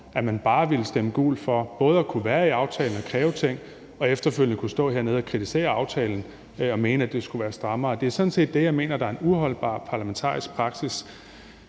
om man bare har villet stemme gult for både at kunne være med i aftalen og kræve ting og for så efterfølgende at kunne stå hernede og kritisere aftalen og mene, at det skulle være strammere. Det er sådan set det, jeg mener er en uholdbar parlamentarisk praksis